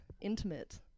intimate